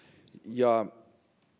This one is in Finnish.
ja